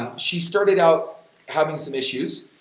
um she started out having some issues,